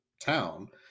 town